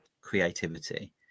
creativity